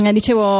dicevo